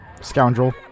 Scoundrel